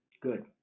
Good